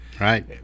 Right